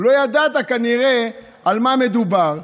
ולא ידעת כנראה על מה מדובר.